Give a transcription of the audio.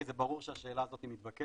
כי זה ברור שהשאלה הזאת מתבקשת.